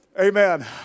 Amen